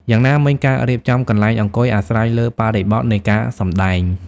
យ៉ាងណាមិញ ការរៀបចំកន្លែងអង្គុយអាស្រ័យលើបរិបទនៃការសម្តែង។